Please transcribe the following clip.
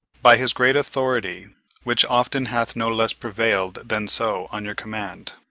by his great authority which often hath no less prevail'd than so, on your command.